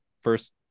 first